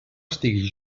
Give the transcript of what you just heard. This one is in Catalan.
estiga